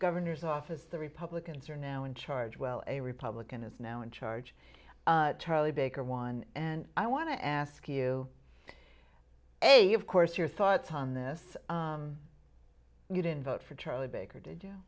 governor's office the republicans are now in charge well a republican is now in charge charlie baker won and i want to ask you a of course your thoughts on this you didn't vote for charlie baker did you